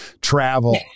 travel